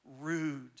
rude